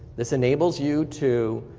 this enables you to,